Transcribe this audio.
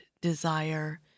desire